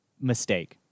mistake